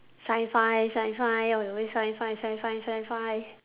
sci-fi sci-fi all the way sci-fi sci-fi sci-fi